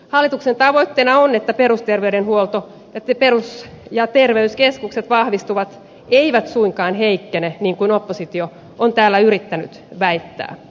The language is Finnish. hallituksen tavoitteena on että perusterveydenhuolto ja terveyskeskukset vahvistuvat eivät suinkaan heikkene niin kuin oppositio on täällä yrittänyt väittää